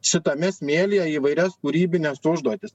šitame smėlyje įvairias kūrybines užduotis